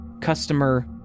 Customer